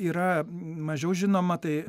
yra mažiau žinoma tai